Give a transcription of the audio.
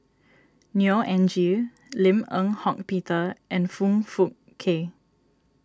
Neo Anngee Lim Eng Hock Peter and Foong Fook Kay